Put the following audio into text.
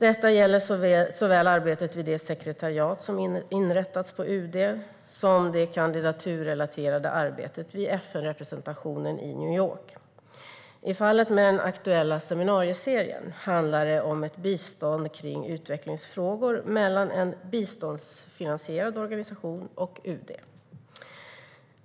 Detta gäller såväl arbetet vid det sekretariat som inrättats på UD som det kandidaturrelaterade arbetet vid FN-representationen i New York. I fallet med den aktuella seminarieserien handlar det om ett samarbete kring utvecklingsfrågor mellan en biståndsfinansierad organisation och UD.